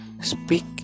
speak